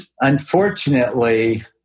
unfortunately